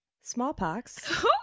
smallpox